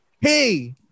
hey